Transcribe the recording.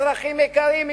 אזרחים יקרים,